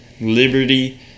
liberty